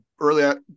earlier